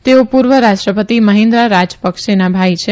તેઓ પુર્વ રાષ્ટ્રપતિ મહિન્દ્રા રાજયપકસેના ભાઇ છે